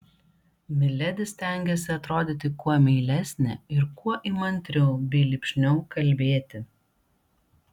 miledi stengėsi atrodyti kuo meilesnė ir kuo įmantriau bei lipšniau kalbėti